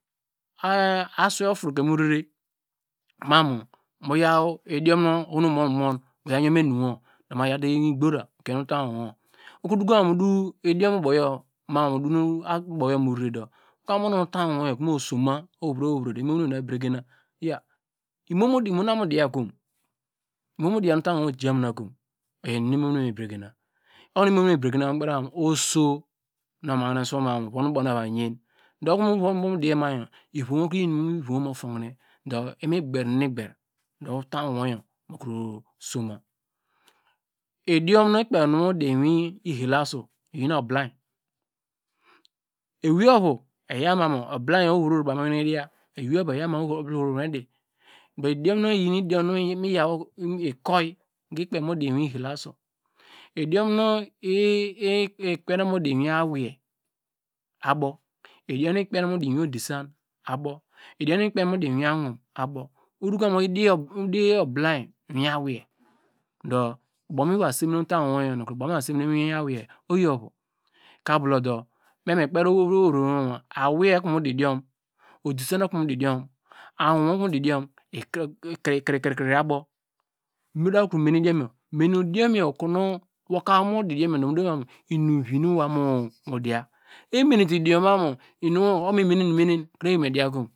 Aswei otroke mu re re ma mu yaw idiom nu ohonu oman mu yaw yon mu enuwo yanwate iwigbora kiete utain wowo ukro duko mamu udow idiom ubow yor murere du mu da mu okonu utam wowo mu soma me da bregina imu mu diya kom nu utain wowo mu jamina kim iyor inum nu umomin owei me brigena oho nu me brigena my da kper baw ma mu oso nu omahine suwoma mu von ubow na var yan okomu diya ma yor ivom wo oyi inum mu tohine du imi gber imigber du utam owowo yor mu kri somia idom nu ikpe okonu mu di ihalasu oyi ubilin ewei evo eyor ma mu ubilany ohovro oho bau me wene diya mowin awei abo idion nu ikpen mu di mu iwin odiscin abo idiom nu ikpem mu di mu iwin awum abow udokomu di oibilany mu iwin awei du ubow miva semine mu utany wowo mu ivin awei oyi ovu ka blodu me me kperi oweivrio ma mu awei okomu di diom odisian okamu di diom awum okomu di diom ikrikri abo udu kro mene idiom yor mene idiom uor okonu woka miri vi nu wo abow kuma diya eminetu idiom ma mu okonu mimene mimi okonu ewei me diya kom